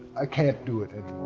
i can't do it